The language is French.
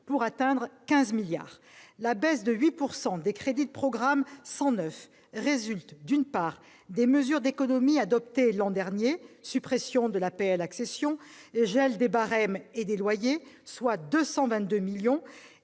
pour atteindre 15 milliards d'euros. La baisse de 8 % des crédits du programme 109 résulte, d'une part, des mesures d'économies adoptées l'an dernier- suppression de l'APL accession, gel des barèmes et des loyers, soit 222 millions